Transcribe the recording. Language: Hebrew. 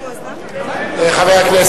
למה,